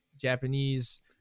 Japanese